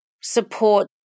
Support